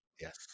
Yes